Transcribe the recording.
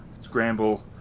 scramble